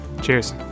Cheers